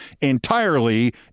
entirely